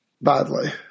badly